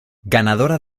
ganadora